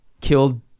killed